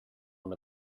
want